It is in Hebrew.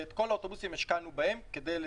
ואת כל האוטובוסים השקענו בהם כדי לצמצם.